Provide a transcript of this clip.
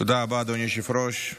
תודה רבה, אדוני היושב-ראש.